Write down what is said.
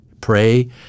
Pray